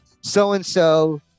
so-and-so